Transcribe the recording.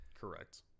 Correct